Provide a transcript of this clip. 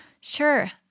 sure